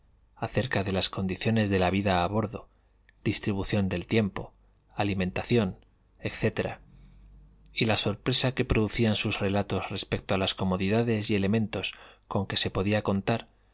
acerca de las condiciones de la vida a bordo distribución del tiempo alimentación etc y la sorpresa que producían sus irelatos respecto a las comodidades y elementos con que se podía contar